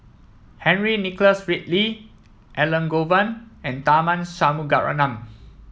Henry Nicholas Ridley Elangovan and Tharman Shanmugaratnam